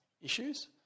issues